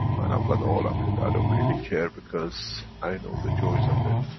and i've got all of it. i don't really care because i know the joys of it.